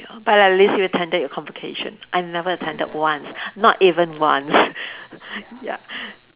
ya but at least you attended your convocation I never attended once not even once ya